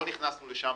לא נכנסנו לשם.